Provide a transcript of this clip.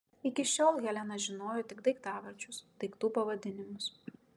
iki šiol helena žinojo tik daiktavardžius daiktų pavadinimus